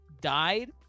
died